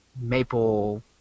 maple